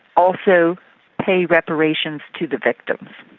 also pay reparations to the victims.